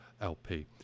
LP